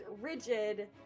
rigid